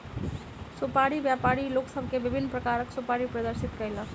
सुपाड़ी व्यापारी लोक सभ के विभिन्न प्रकारक सुपाड़ी प्रदर्शित कयलक